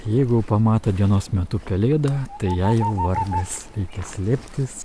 jeigu jau pamato dienos metu pelėdą tai jai jau vargas reikia slėptis